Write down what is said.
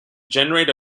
generate